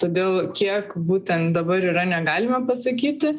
todėl kiek būtent dabar yra negalime pasakyti